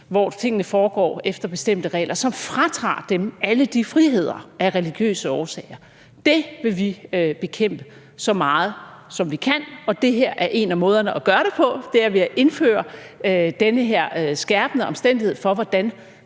hvor tingene foregår efter bestemte regler – alle de friheder af religiøse årsager. Det vil vi bekæmpe så meget, som vi kan. Det her er en af måderne at gøre det på. Det er ved at indføre den her skærpende bestemmelse om, hvordan